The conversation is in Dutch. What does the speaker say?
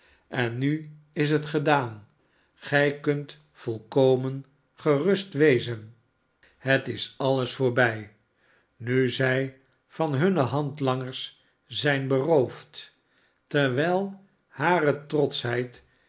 en nu is het gedaan gij kunt volkomen gerust wezen het is alles voorbij nu zij van hunne handlangers zijn beroofd terwijl hare trotschheid